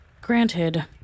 Granted